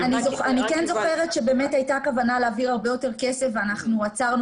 אני כן זוכרת שבאמת הייתה את הכוונה באמת להעביר יותר כסף ואנחנו עצרנו